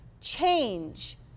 change